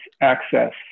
access